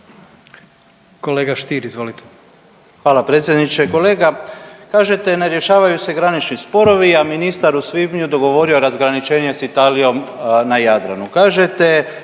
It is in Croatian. Kolega Stier, izvolite.